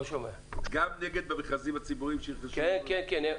כן, כן.